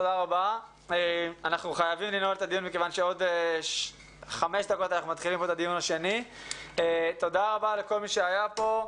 תודה רבה לכל מי שהיה פה,